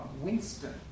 Winston